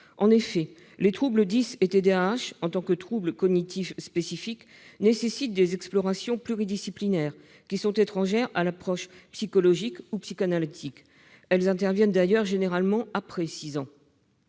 En effet, les troubles « dys » et TDAH, en tant que troubles cognitifs spécifiques, nécessitent des explorations pluridisciplinaires, qui sont étrangères à l'approche psychologique ou psychanalytique. Elles interviennent d'ailleurs généralement après l'âge